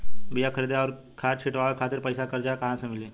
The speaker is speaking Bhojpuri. बीया खरीदे आउर खाद छिटवावे खातिर पईसा कर्जा मे कहाँसे मिली?